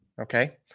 Okay